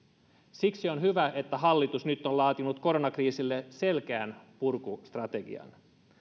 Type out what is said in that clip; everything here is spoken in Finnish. siksi on hyvä että hallitus nyt on laatinut koronakriisille selkeän purkustrategian